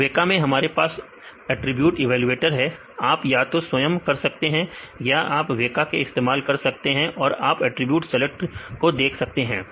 तो वेका में हमारे पास अटरीब्यूट इवेलुएटर है आप या तो स्वयं कर सकते हैं या आप वेका का इस्तेमाल कर सकते हैं और आप अटरीब्यूट सेलेक्ट को देख सकते हैं